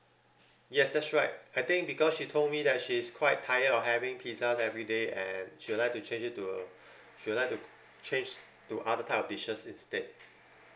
yes that's right I think because she told me that she's quite tired of having pizzas everyday and she would like to change it to she would like to change to other type of dishes instead